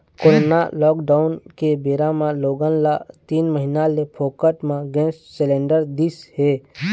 corona lockdown के बेरा म लोगन ल तीन महीना ले फोकट म गैंस सिलेंडर दिस हे